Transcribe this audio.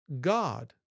God